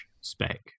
spec